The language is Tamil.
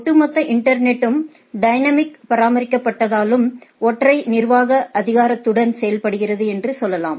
ஒட்டுமொத்த இன்டர்நெட்டும் டைனமிக் பராமரிக்கப்படாததாலும் ஒற்றை நிர்வாக அதிகாரத்துடன் செயல்படுகிறது என்று சொல்லலாம்